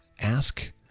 ask